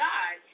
God